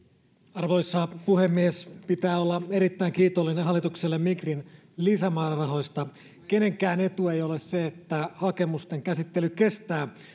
arvoisa puhemies pitää olla erittäin kiitollinen hallitukselle migrin lisämäärärahoista kenenkään etu ei ole se että hakemusten käsittely kestää